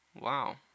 Wow